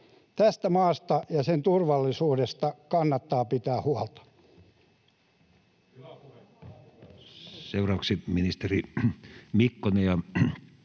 Tästä maasta ja sen turvallisuudesta kannattaa pitää huolta.